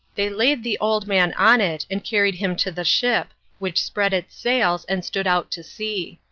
they laid the old man on it, and carried him to the ship, which spread its sails and stood out to sea.